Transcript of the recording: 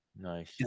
Nice